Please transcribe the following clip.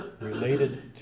related